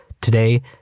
Today